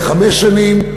בחמש שנים.